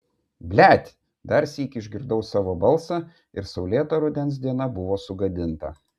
blet dar sykį išgirdau savo balsą ir saulėta rudens diena buvo sugadinta